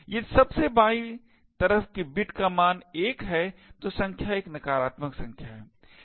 यदि सबसे बायीं तरफ की बिट का मान 1 है तो संख्या एक नकारात्मक संख्या है